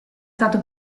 stato